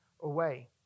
away